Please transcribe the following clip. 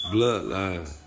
Bloodline